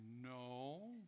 No